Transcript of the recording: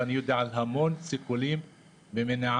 ואני יודע על המון סיכולים ומניעה